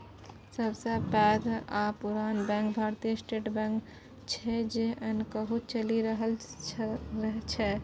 सबसँ पैघ आ पुरान बैंक भारतीय स्टेट बैंक छै जे एखनहुँ चलि रहल छै